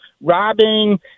robbing